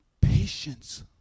Patience